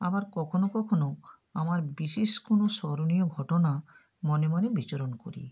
আবার কখনও কখনও আমার বিশেষ কোনো স্মরণীয় ঘটনা মনে মনে বিচরণ করি